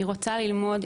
באמת תמיד רוצה ללמוד,